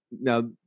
Now